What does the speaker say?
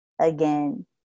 again